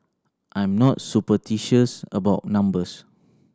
I'm not superstitious about numbers